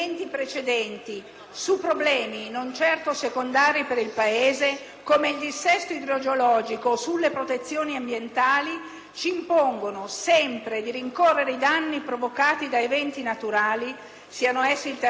ci impongano sempre di rincorrere i danni provocati da eventi naturali, siano essi il terremoto dell'Emilia Romagna o le recenti alluvioni in Calabria, con i cospicui danni che ne sono conseguiti. Siamo sempre in fase di rincorsa.